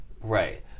Right